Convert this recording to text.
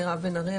מירב בן ארי,